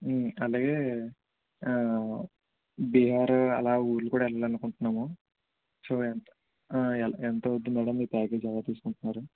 అలాగే బీహార్ అలా ఊర్లు కూడా వెళ్ళాలనుకుంటున్నాము సో ఎంతవుతుంది మేడం మీ ప్యాకేజ్ ఎలా తీసుకుంటున్నారు